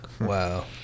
Wow